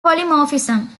polymorphism